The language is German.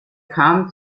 kam